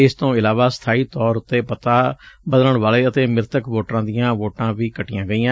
ਇਸ ਤੋਂ ਇਲਾਵਾ ਸਬਾਈ ਤੋਂਰ ਉਤੇ ਪਤਾ ਬਦਲਣ ਵਾਲੇ ਅਤੇ ਮਿਤਕ ਵੋਟਰਾਂ ਦੀਆਂ ਵੋਟਾਂ ਵੀ ਕੱਟੀਆਂ ਗਈਆਂ